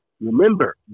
remember